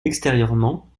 extérieurement